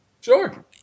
sure